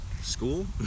school